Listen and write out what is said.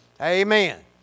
Amen